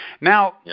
Now